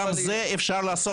גם את זה אפשר לעשות.